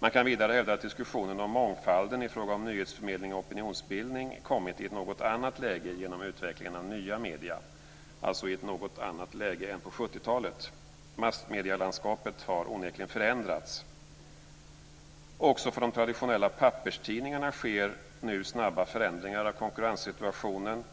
Man kan vidare hävda att diskussionen om mångfalden i fråga om nyhetsförmedling och opinionsbildning kommit i ett något annat läge genom utvecklingen av nya medier - alltså i ett något annat läge än på 70-talet. Massmedielandskapet har onekligen förändrats. Också för de traditionella papperstidningarna sker nu snabba förändringar av konkurrenssituationen,